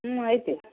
ಹ್ಞೂ ಐತಿ